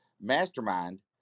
mastermind